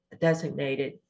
Designated